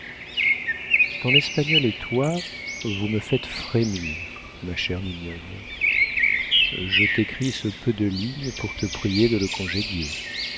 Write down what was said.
ton espagnol et toi vous me faites frémir ma chère mignonne je t'écris ce peu de lignes pour te prier de le congédier